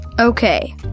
Okay